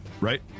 Right